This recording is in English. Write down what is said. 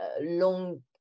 long